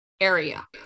area